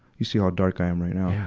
you see how dark i am right now.